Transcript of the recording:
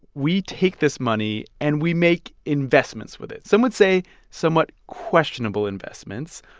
we take this money, and we make investments with it some would say somewhat questionable investments.